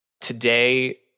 Today